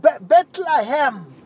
Bethlehem